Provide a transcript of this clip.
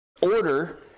order